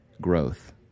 growth